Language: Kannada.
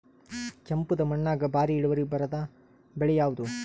ಕೆಂಪುದ ಮಣ್ಣಾಗ ಭಾರಿ ಇಳುವರಿ ಬರಾದ ಬೆಳಿ ಯಾವುದು?